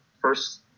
first